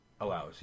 allows